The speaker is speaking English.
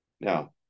Now